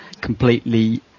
completely